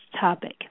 topic